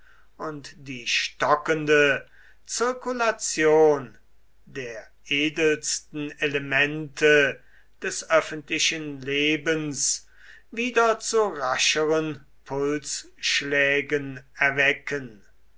und die stockende zirkulation der edelsten elemente des öffentlichen lebens wieder zu rascheren pulsschlägen erwecken